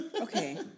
okay